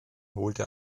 holte